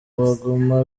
baguma